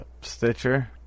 Stitcher